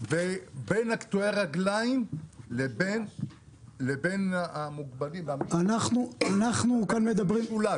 ובין קטועי הרגליים לבין המוגבלים --- משלוש.